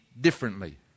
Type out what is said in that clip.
differently